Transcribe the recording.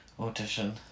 audition